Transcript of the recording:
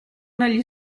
negli